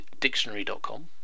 dictionary.com